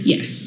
Yes